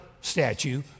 statue